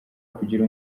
kugira